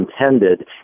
intended